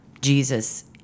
Jesus